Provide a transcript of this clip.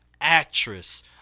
actress